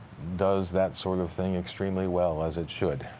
does that sort of thing extremely well as it should.